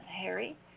Harry